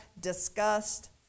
disgust